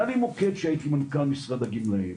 היה לי מוקד שהייתי מנכ"ל משרד הגמלאים,